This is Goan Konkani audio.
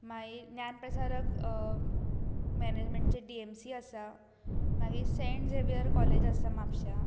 मागीर ज्ञानप्रसारक मेनेजमेंटचे डि एम सी आसा मागीर सेंट झेवियर कॉलेज आसा म्हापशा